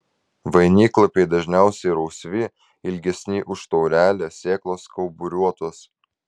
vainiklapiai dažniausiai rausvi ilgesni už taurelę sėklos kauburiuotos